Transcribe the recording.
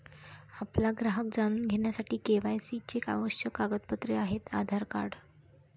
आपला ग्राहक जाणून घेण्यासाठी के.वाय.सी चे आवश्यक कागदपत्रे आहेत आधार कार्ड